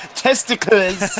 testicles